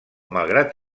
malgrat